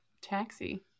taxi